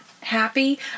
happy